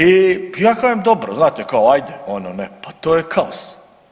I ja kažem dobro znate kao ajde ono ne, pa to je kaos.